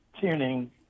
tuning